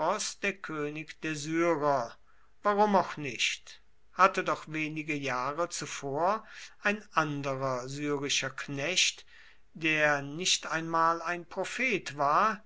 der könig der syrer warum auch nicht hatte doch wenige jahre zuvor ein anderer syrischer knecht der nicht einmal ein prophet war